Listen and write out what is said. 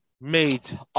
made